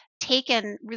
taken